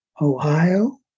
Ohio